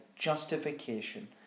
justification